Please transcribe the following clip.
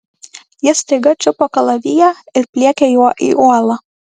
ji staiga čiupo kalaviją ir pliekė juo į uolą